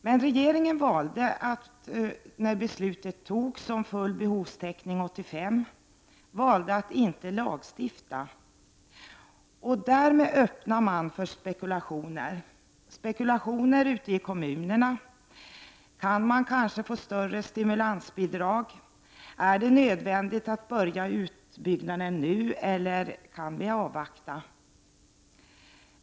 Men när beslutet om full behovstäckning fattades 1985 valde regeringen att inte lagstifta, och därmed öppnade man för spekulationer. Spekulationer bedrevs ute i kommunerna: Kan man kanske få större stimulansbidrag? Är det nödvändigt att börja utbyggnaden nu eller kan vi avvakta?